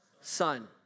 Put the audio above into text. son